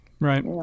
Right